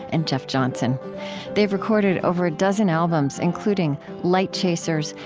and jeff johnson they've recorded over a dozen albums, including light chasers,